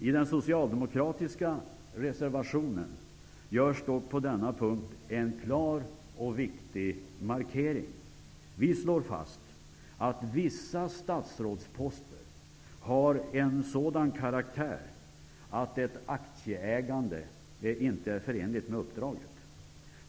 I den socialdemokratiska reservationen görs dock på denna punkt en klar och viktig markering. Vi slår fast att vissa statsrådsposter har en sådan karaktär att ett aktieägande inte är förenligt med uppdraget.